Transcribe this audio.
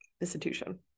institution